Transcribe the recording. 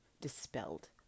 dispelled